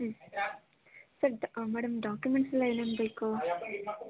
ಹ್ಞೂ ಸರ್ ಡ madam documents ಎಲ್ಲ ಏನೇನು ಬೇಕು